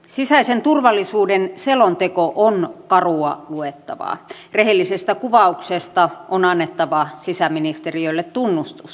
sisäisen turvallisuuden selonteko on karua luettavaa rehellisestä kuvauksesta on annettava sisäministeriölle tunnustus